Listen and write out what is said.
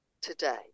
today